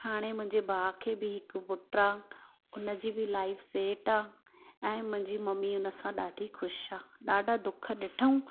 हाणे मुंहिंजे भाउ खे बि हिकु पुटु आहे हुनजी बि लाइफ सेट आहे ऐं मुंहिंजी ममीअ हुन सां ॾाढी ख़ुश आहे ॾाढा दुख ॾिठू